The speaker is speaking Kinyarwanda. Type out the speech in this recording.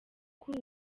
kuri